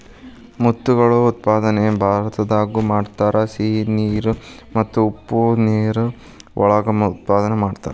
ಮುತ್ತುಗಳ ಉತ್ಪಾದನೆ ಭಾರತದಾಗು ಮಾಡತಾರ, ಸಿಹಿ ನೇರ ಮತ್ತ ಉಪ್ಪ ನೇರ ಒಳಗ ಉತ್ಪಾದನೆ ಮಾಡತಾರ